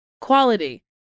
Quality